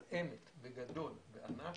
על אמת, בגדול, בענק.